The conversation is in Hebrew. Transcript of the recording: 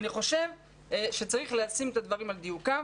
אני חושב שצריך להעמיד דברים על דיוקם.